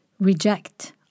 reject